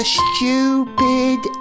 stupid